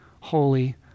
holy